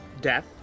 death